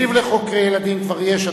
תקציב לחוקרי ילדים כבר יש.